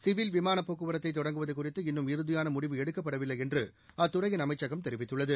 civil விமானப் போக்குவரத்தை தொடங்குவது குறித்து இன்னும் இறுதியான முடிவு எடுக்கப்படவில்லை என்று அத்துறையின் அமைச்சகம் தெரிவித்துள்ளது